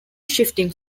shifting